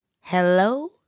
Hello